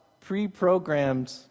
pre-programmed